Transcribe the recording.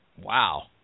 Wow